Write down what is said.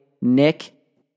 Nick